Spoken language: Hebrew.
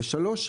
ושלוש,